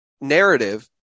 narrative